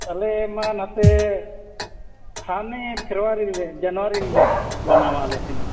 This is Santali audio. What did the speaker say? ᱟᱞᱮ ᱢᱟ ᱱᱚᱛᱮ ᱦᱟᱱᱮ ᱯᱷᱮᱨᱣᱟᱨᱤᱨᱮ ᱡᱟᱱᱩᱣᱟᱨᱤ ᱨᱮ ᱢᱟᱱᱟᱣᱟ ᱟᱞᱮᱥᱮᱱ ᱢᱟ